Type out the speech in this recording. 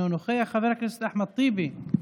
אינו נוכח, חבר הכנסת אחמד טיבי,